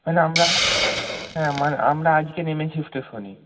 মানে আমরা হ্যাঁ মান আমরা আজকে নেমেছি স্টেশনে